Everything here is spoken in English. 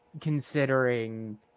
considering